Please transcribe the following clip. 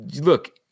Look